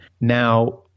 Now